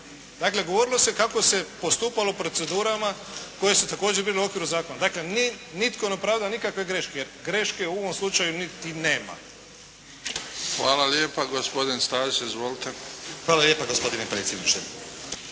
Dakle govorilo se kako se postupalo u procedurama koje su također bile u okviru zakona. Dakle nitko ne pravda nikakve greške, jer greške u ovom slučaju niti nema. **Bebić, Luka (HDZ)** Hvala lijepa. Gospodin Stazić,